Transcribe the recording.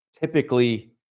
typically